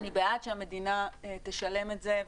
אני בעד שהמדינה תשלם את זה,